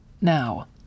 Now